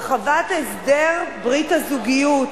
הרחבת הסדר ברית הזוגיות,